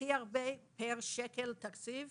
הכי הרבה פר שקל תקציב